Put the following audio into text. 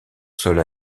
sols